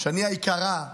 שני היקרה,